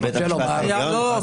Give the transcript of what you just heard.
לבית המשפט העליון?